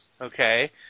okay